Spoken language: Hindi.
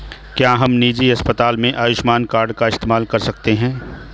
क्या हम निजी अस्पताल में आयुष्मान कार्ड का इस्तेमाल कर सकते हैं?